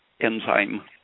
Enzyme